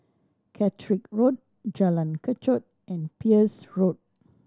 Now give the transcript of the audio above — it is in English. Catterick Road Jalan Kechot and Peirce Road